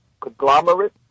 conglomerate